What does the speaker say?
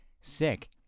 Sick